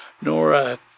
Nora